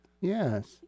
Yes